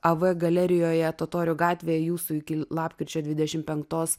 av galerijoje totorių gatvėje jūsų iki lapkričio dvidešim penktos